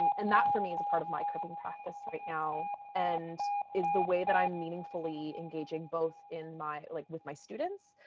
and and that, for me, is a part of my cripping praxis right now and is the way that i'm meaningfully engaging both in my, like with my students,